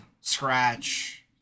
scratch